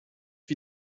wie